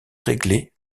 réglé